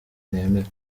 nemera